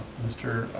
mr.